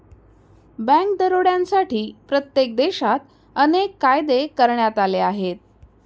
bank दरोड्यांसाठी प्रत्येक देशात अनेक कायदे करण्यात आले आहेत